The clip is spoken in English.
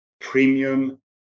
premium